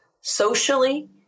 socially